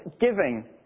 giving